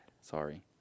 Sorry